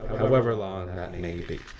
however long that may be.